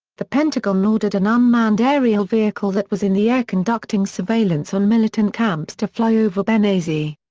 the pentagon ordered an unmanned aerial vehicle that was in the air conducting surveillance on militant camps to fly over benghazi.